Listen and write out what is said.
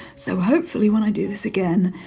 so hopefully when i do this again,